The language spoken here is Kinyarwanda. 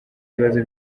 ibibazo